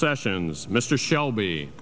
sessions mr shelby